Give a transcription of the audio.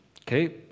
okay